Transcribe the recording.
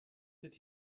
did